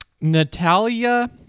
Natalia